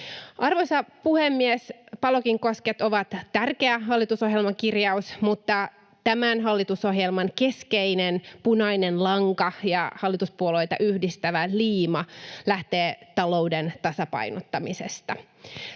Arvoisa puhemies! Palokin kosket ovat tärkeä hallitusohjelman kirjaus, mutta tämän hallitusohjelman keskeinen punainen lanka ja hallituspuolueita yhdistävä liima lähtee talouden tasapainottamisesta.